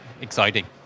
exciting